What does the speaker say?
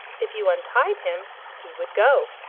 if you untied him, he would go.